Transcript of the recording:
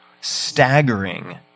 staggering